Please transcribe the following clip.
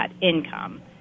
income